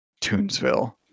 Toonsville